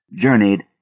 journeyed